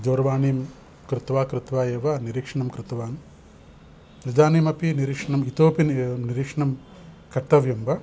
दूरवाणीं कृत्वा कृत्वा एव निरीक्षणं कृतवान् इदानीम् अपि निरीक्षणं इतोपि निरीक्षणं कर्तव्यं वा